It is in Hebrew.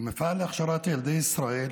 למפעל להכשרת ילדי ישראל